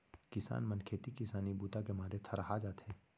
किसान मन खेती किसानी बूता के मारे थरहा जाथे